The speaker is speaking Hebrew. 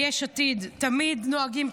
התשפ"ג 2023,